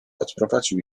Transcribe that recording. odprowadził